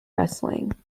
wrestling